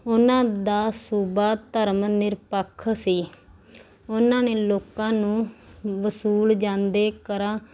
ਉਹਨਾਂ ਦਾ ਸੂਬਾ ਧਰਮ ਨਿਰਪੱਖ ਸੀ ਉਹਨਾਂ ਨੇ ਲੋਕਾਂ ਨੂੰ ਵਸੂਲੇ ਜਾਂਦੇ ਕਰਾਂ